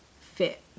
fit